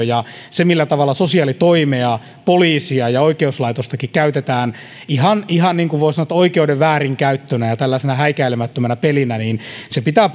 ja se millä tavalla sosiaalitoimea poliisia ja oikeuslaitostakin käytetään ihan ihan voi sanoa oikeuden väärinkäyttönä ja ja tällaisena häikäilemättömänä pelinä pitää